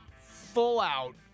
full-out